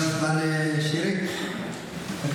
פשוט לדייק בעובדות, חבל.